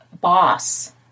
boss